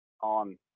on